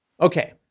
Okay